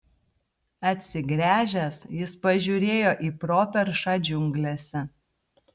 atsigręžęs jis pažiūrėjo į properšą džiunglėse